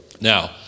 Now